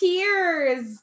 Tears